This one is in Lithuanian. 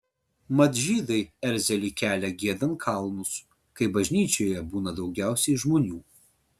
mat žydai erzelį kelia giedant kalnus kai bažnyčioje būna daugiausiai žmonių